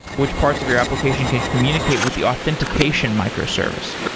which parts of your application can communicate with the authentication microservice?